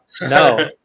No